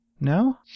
No